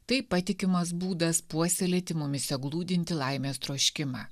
tai patikimas būdas puoselėti mumyse glūdintį laimės troškimą